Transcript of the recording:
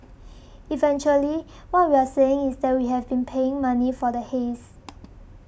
eventually what we are saying is that we have been paying money for the haze